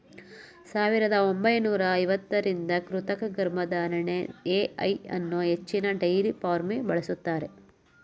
ಸಾವಿರದ ಒಂಬೈನೂರ ಐವತ್ತರಿಂದ ಕೃತಕ ಗರ್ಭಧಾರಣೆ ಎ.ಐ ಅನ್ನೂ ಹೆಚ್ಚಿನ ಡೈರಿ ಫಾರ್ಮ್ಲಿ ಬಳಸ್ತಾರೆ